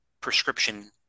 prescription